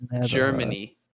Germany